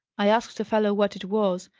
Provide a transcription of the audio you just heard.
i asked a fellow what it was,